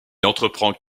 entreprend